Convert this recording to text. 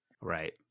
Right